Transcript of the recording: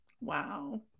Wow